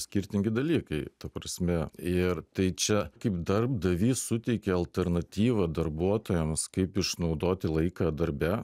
skirtingi dalykai ta prasme ir tai čia kaip darbdavys suteikia alternatyvą darbuotojams kaip išnaudoti laiką darbe